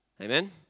Amen